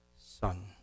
son